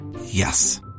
Yes